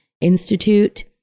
Institute